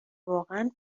واقعا